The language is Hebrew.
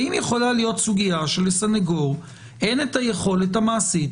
האם יכול להיות מצב שלסנגור אין היכולת המעשית